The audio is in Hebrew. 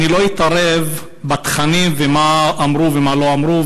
אני לא אתערב בתכנים ומה אמרו ומה לא אמרו,